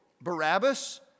Barabbas